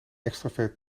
extravert